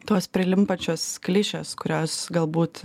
tos pirlimpančios klišės kurios galbūt